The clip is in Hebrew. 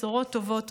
בשורות טובות.